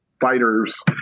fighters